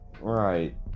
right